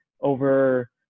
over